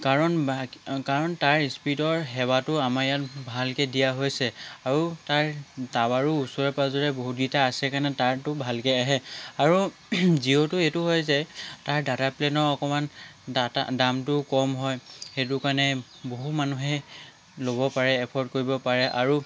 কাৰণ বাকী কাৰণ তাৰ স্পিডৰ সেৱাটো আমাৰ ইয়াত ভালকৈ দিয়া হৈছে আৰু তাৰ টাৱাৰো ওচৰে পাঁজৰে বহুতকেইটা আছে কাৰণে টাৱাৰটো ভালকৈ আহে আৰু জিঅ'টো এইটো হয় যে তাৰ ডাটা প্লেনৰ অকণমান ডাটা দামটো কম হয় সেইটো কাৰণে বহু মানুহে ল'ব পাৰে এফৰ্ড কৰিব পাৰে আৰু